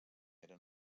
era